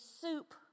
soup